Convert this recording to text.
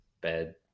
bed